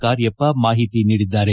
ಕಾರ್ಯಪ್ಪ ಮಾಹಿತಿ ನೀಡಿದ್ದಾರೆ